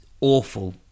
awful